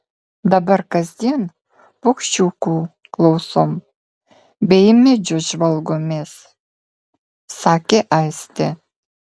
dabar kasdien paukščiukų klausom bei į medžius žvalgomės sakė aistė